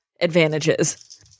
advantages